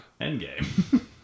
Endgame